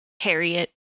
Harriet